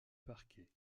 parquet